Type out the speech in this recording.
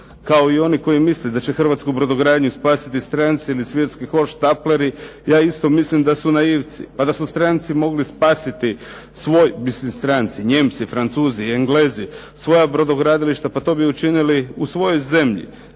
kao i oni koji misle da će hrvatsku brodogradnju spasiti stranci ili svjetski hohštapleri, ja isto mislim da su naivci. Pa da su stranci mogli spasiti svoj, mislim stranci Nijemci, Francuzi, Englezi, svoja brodogradilišta pa to bi učinili u svojoj zemlji,